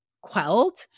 quelled